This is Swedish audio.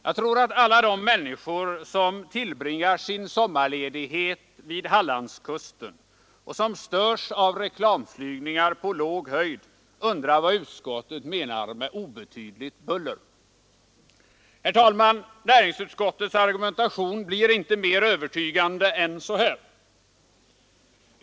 Jag tror att alla de människor som tillbringar sin sommarledighet vid Hallandskusten och som störs av reklamflygningar på låg höjd undrar vad utskottet menar med ”obetydligt buller”. Herr talman! Näringsutskottets argumentation blir inte mer övertygande än så här.